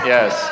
Yes